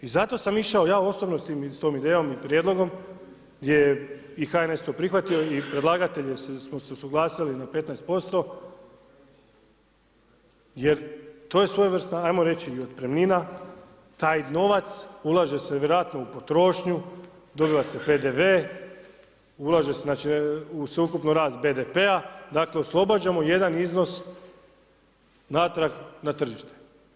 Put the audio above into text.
I zato sam išao ja osobno s tom idejom i prijedlogom gdje je i HNS to prihvatio i predlagatelj da smo se usuglasili na 15% jer to je svojevrsna ajmo reći i otpremnina, taj novac ulaže se vjerojatno u potrošnju, dobiva se PDV, ulaže se sveukupno u rast BDP-a, dakle oslobađamo jedan iznos natrag na tržište.